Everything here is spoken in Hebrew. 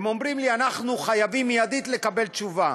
והם אומרים לי: אנחנו חייבים מיידית לקבל תשובה.